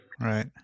Right